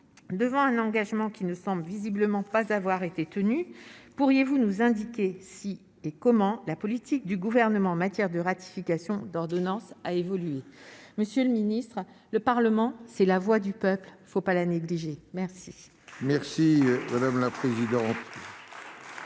devant un engagement qui ne sont visiblement pas avoir été tenu, pourriez-vous nous indiquer si et comment la politique du gouvernement en matière de ratification d'ordonnances à évoluer, monsieur le ministre, le Parlement, c'est la voix du peuple, il ne faut pas la négliger merci. Merci madame la présidente.